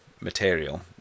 material